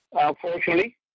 unfortunately